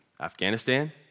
Afghanistan